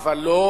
אבל לא